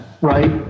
Right